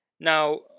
Now